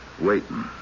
Waiting